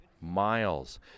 miles